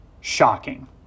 Shocking